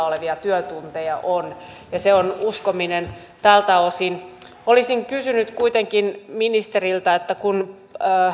olevia työtunteja on ja siihen on uskominen tältä osin olisin kysynyt kuitenkin ministeriltä kun